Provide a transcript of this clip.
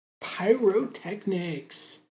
Pyrotechnics